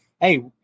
hey